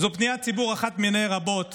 זאת פניית ציבור אחת מיני רבות